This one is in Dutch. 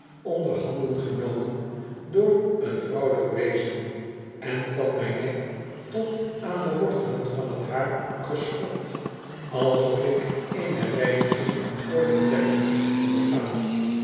hebben onderhanden genomen door een vrouwelijk wezen en van mijn nek tot aan de wortelen van t haar geschrobd alsof ik ecne reiniging voor den tempel moest ondergaan